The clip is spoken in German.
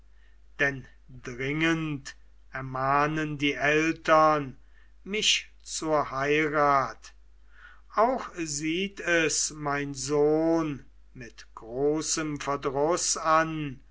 denn dringend ermahnen die eltern mich zur heirat auch sieht es mein sohn mit großem verdruß an